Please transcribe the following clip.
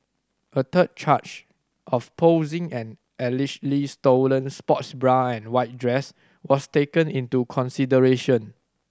a third charge of posing an allegedly stolen sports bra and white dress was taken into consideration